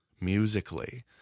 musically